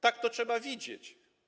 Tak to trzeba widzieć.